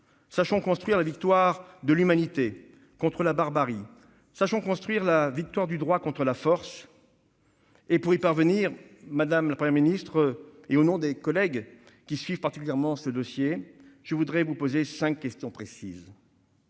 Sachons construire la victoire de l'humanité contre la barbarie. Sachons construire la victoire du droit contre la force et pour y parvenir, madame la Première ministre, au nom des collègues qui suivent particulièrement ce dossier, je voudrais vous poser cinq questions précises.